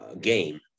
game